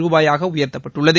ரூபாயாக உயர்த்தப்பட்டுள்ளது